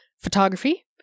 photography